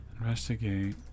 Investigate